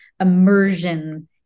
immersion